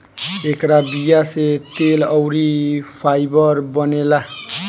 एकरा बीया से तेल अउरी फाइबर बनेला